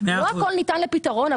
ולא הכול ניתן לפתרון,